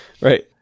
Right